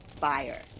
fire